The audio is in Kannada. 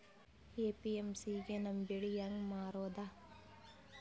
ಎ.ಪಿ.ಎಮ್.ಸಿ ಗೆ ನಮ್ಮ ಬೆಳಿ ಹೆಂಗ ಮಾರೊದ?